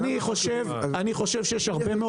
שר החקלאות ופיתוח הכפר עודד פורר: יותר מזה.